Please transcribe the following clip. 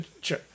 Sure